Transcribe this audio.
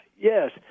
Yes